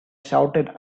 shouted